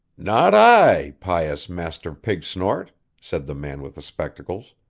not i, pious master pigsnort said the man with the spectacles.